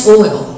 oil